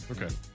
Okay